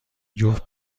جفت